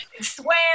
swear